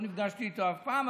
לא נפגשתי איתו אף פעם,